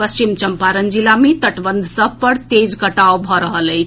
पश्चिम चम्पारण जिला मे तटबंध सभ पर तेज कटाव भऽ रहल अछि